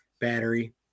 battery